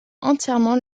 entièrement